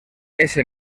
ese